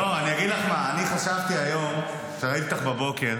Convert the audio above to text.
אגיד לך מה, אני חשבתי היום, כשראיתי אותך בבוקר,